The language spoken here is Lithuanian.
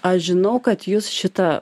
aš žinau kad jūs šitą